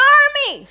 army